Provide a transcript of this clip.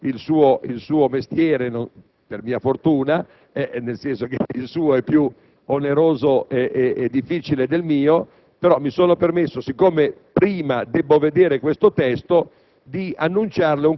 non faccio il suo mestiere - per mia fortuna, nel senso che il suo è più oneroso e difficile del mio - però mi sono permesso, dal momento che prima debbo vedere il testo